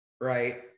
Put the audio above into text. right